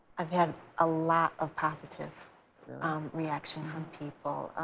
i've had a lot of positive reaction from people.